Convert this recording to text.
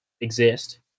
exist